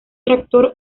tractor